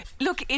Look